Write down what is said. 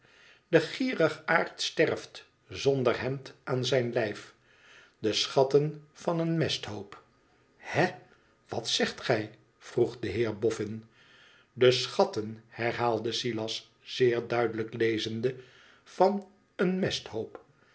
de gierigaard sterft zonder hemd aan zijn lijf de schatten van een mesthoop hè wat zegt gij vroeg de heer bofbn de schatten herhaalde silas zeer duidelijk lezende vaneen mesthoop